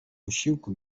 posiłku